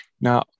now